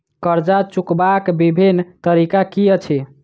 कर्जा चुकबाक बिभिन्न तरीका की अछि?